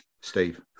Steve